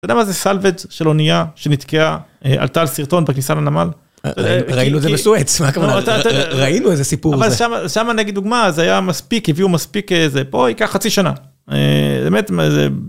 אתה יודע מה זה salvage של אונייה שנתקעה, עלתה על שרטון בכניסה לנמל? ראינו את זה בסואץ, מה הכוונה, ראינו איזה סיפור זה. אבל שמה נגיד דוגמה, אז היה מספיק, הביאו מספיק, פה ייקח חצי שנה. באמת